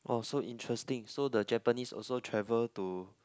oh so interesting so the Japanese also travel to